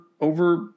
over